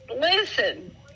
Listen